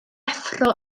effro